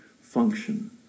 function